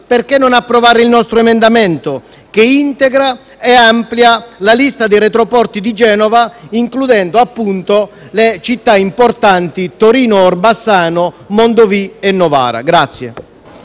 perché non approvare il nostro emendamento, che integra e amplia la lista dei retroporti di Genova, includendo appunto le città importanti di Torino, Orbassano, Mondovì e Novara.